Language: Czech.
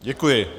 Děkuji.